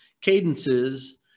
cadences